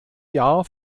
jahr